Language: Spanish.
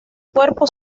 cuerpo